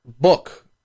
book